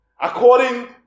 according